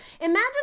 imagine